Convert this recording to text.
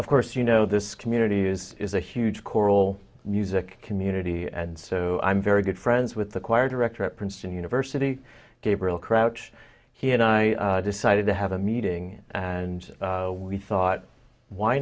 of course you know this community is is a huge choral music community and so i'm very good friends with the choir director at princeton university gabriel crouch he and i decided to have a meeting and we thought why